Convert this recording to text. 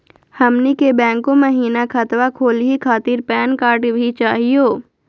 हमनी के बैंको महिना खतवा खोलही खातीर पैन कार्ड भी चाहियो?